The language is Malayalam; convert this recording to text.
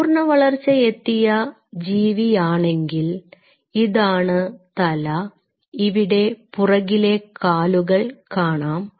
പൂർണ്ണവളർച്ചയെത്തിയ ജീവിയാണെങ്കിൽ ഇതാണ് തല ഇവിടെ പുറകിലെ കാലുകൾ കാണാം